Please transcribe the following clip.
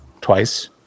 twice